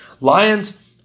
Lions